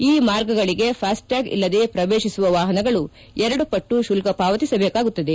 ಈ ಮಾರ್ಗಗಳಿಗೆ FASTag ಇಲ್ಲದೆ ಪ್ರವೇಶಿಸುವ ವಾಹನಗಳು ಎರಡು ಪಟ್ಟು ಶುಲ್ಲ ಪಾವತಿಸಬೇಕಾಗುತ್ತದೆ